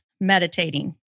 meditating